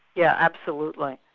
yeah absolutely.